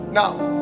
now